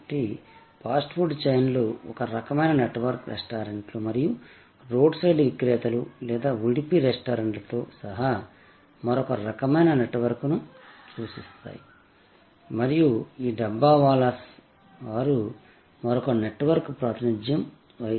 కాబట్టి fast food చైన్లు ఒక రకమైన నెట్వర్క్ రెస్టారెంట్లు మరియు రోడ్సైడ్ విక్రేతలు లేదా ఉడిపి రెస్టారెంట్తో సహా మరొక రకమైన నెట్వర్క్ను సూచిస్తాయి మరియు ఈ డబ్బావాలాస్ వారు మరొక నెట్వర్క్కు ప్రాతినిధ్యం వహిస్తారు